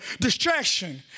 distraction